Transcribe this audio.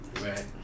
Right